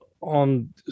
on